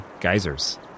geysers